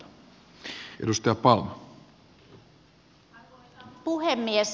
arvoisa puhemies